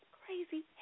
crazy